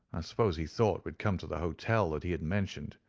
i suppose he thought we had come to the hotel that he had mentioned,